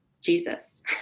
Jesus